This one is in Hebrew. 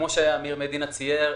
כמו שאמיר מדינה ציין,